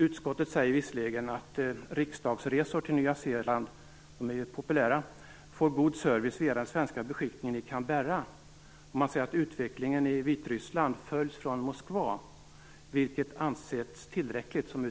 Utskottet säger visserligen att riksdagsresor till Nya Zeeland, som är populära, får god service via den svenska beskickningen i Canberra, och att utvecklingen i Vitryssland följs från Moskva, vilket ansetts tillräckligt. När